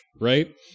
right